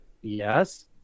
yes